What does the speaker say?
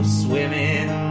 swimming